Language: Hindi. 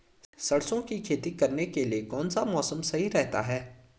सरसों की खेती करने के लिए कौनसा मौसम सही रहता है?